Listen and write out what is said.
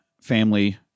family